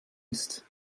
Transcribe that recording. ist